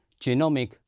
genomic